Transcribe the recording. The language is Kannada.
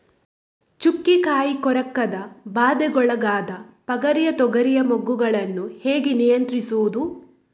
ಚುಕ್ಕೆ ಕಾಯಿ ಕೊರಕದ ಬಾಧೆಗೊಳಗಾದ ಪಗರಿಯ ತೊಗರಿಯ ಮೊಗ್ಗುಗಳನ್ನು ಹೇಗೆ ನಿಯಂತ್ರಿಸುವುದು?